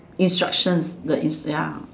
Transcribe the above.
instructions the in ya